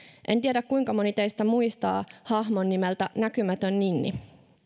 en tiedä kuinka moni teistä muistaa hahmon nimeltä näkymätön ninni